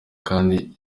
kandi